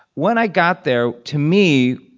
when i got there, to me,